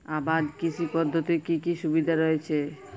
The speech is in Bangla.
আবাদ কৃষি পদ্ধতির কি কি সুবিধা রয়েছে?